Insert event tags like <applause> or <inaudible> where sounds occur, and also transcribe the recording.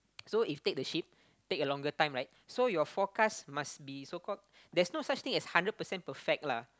<noise> so if take the ship take a longer time right so your forecast must be so called there's no such thing as hundred percent perfect lah